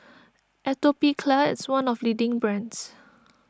Atopiclair is one of leading brands